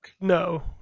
No